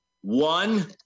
one